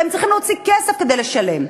והם צריכים להוציא כסף כדי לשלם.